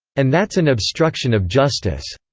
and that's an obstruction of justice.